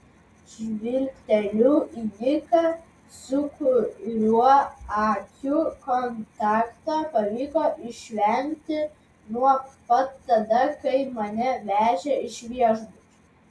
žvilgteliu į niką su kuriuo akių kontakto pavyko išvengti nuo pat tada kai mane vežė iš viešbučio